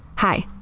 hi,